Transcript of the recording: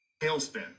Tailspin